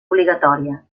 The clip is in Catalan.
obligatòria